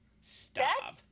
stop